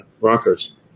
rockers